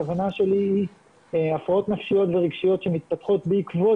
הכוונה שלי היא הפרעות נפשיות ורגשיות שמתפתחות בעקבות